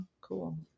Cool